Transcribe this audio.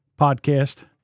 podcast